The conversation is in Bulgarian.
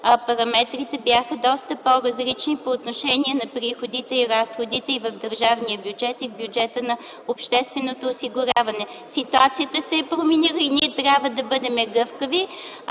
параметрите бяха доста по-различни по отношение на приходите и разходите и в държавния бюджет, и в бюджета на общественото осигуряване. Ситуацията се е променила и ние трябва да бъдем гъвкави.